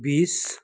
बिस